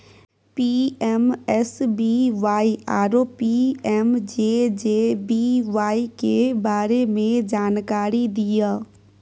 PMSBY आरो PMJJBY के बारे मे जानकारी दिय?